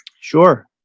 Sure